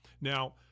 Now